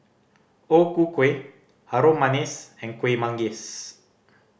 O Ku Kueh Harum Manis and Kuih Manggis